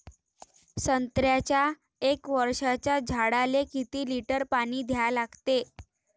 संत्र्याच्या एक वर्षाच्या झाडाले किती लिटर पाणी द्या लागते?